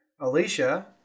Alicia